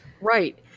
Right